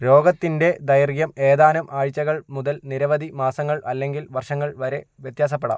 രോഗത്തിൻ്റെ ദൈർഘ്യം ഏതാനും ആഴ്ചകൾ മുതൽ നിരവധി മാസങ്ങൾ അല്ലെങ്കിൽ വർഷങ്ങൾ വരെ വ്യത്യാസപ്പെടാം